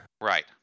Right